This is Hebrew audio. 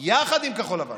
יחד עם כחול לבן.